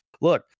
Look